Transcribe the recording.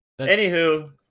Anywho